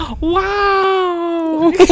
Wow